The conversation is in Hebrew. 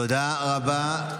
תודה רבה.